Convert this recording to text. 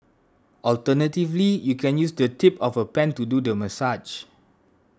alternatively you can use the tip of a pen to do the massage